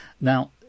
Now